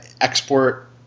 export –